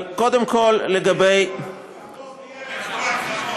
החוק יהיה בקבורת חמור, אל תדאג.